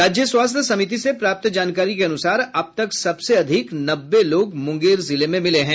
राज्य स्वास्थ्य समिति से प्राप्त जानकारी के अनुसार अब तक सबसे अधिक नब्बे लोग मुंगेर जिले में मिले हैं